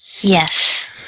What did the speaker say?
Yes